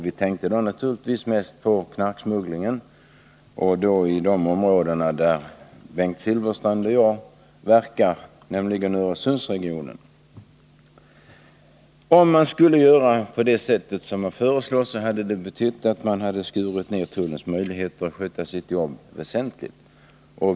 Vi tänkte då naturligtvis mest på knarksmugglingen, särskilt i de områden där Bengt Silfverstrand och jag verkar, nämligen Öresundsregionen. Om man skulle göra på det sätt som föreslås hade det betytt att man väsentligt hade skurit ner tullens möjligheter att sköta sitt jobb.